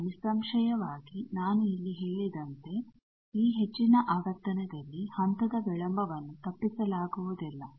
ಈಗ ನಿಸ್ಸಂಶಯವಾಗಿ ನಾನು ಇಲ್ಲಿ ಹೇಳಿದಂತೆ ಈ ಹೆಚ್ಚಿನ ಆವರ್ತನದಲ್ಲಿ ಹಂತದ ವಿಳಂಬವನ್ನು ತಪ್ಪಿಸಲಾಗುವುದಿಲ್ಲ